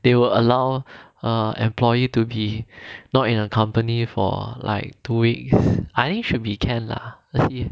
they will allow err employee to be not in a company for like two weeks I think should be can lah let's see